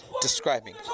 describing